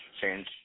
change